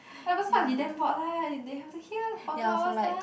whoever must be damn bored lah they have to hear for two hours leh